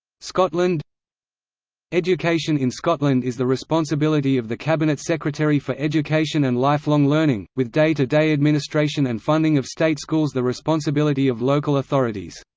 scotland education in scotland is the responsibility of the cabinet secretary for education and lifelong learning, with day-to-day administration and funding of state schools the responsibility of local authorities.